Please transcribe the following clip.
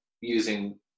using